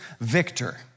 victor